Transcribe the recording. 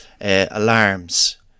alarms